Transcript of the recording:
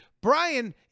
Brian